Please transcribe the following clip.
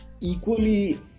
equally